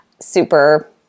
super